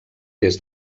des